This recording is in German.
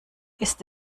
ist